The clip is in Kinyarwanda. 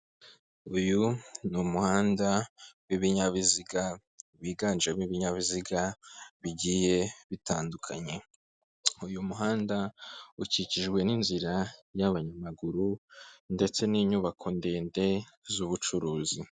Uyu ni umuhanda w'ibinyabiziga byiganjemo ibinyabiziga bigiye bitandukanye, uyu muhanda ukikijwe n'inzira y'abanyamaguru, ndetse n'inyubako ndende z'ubucuruzi.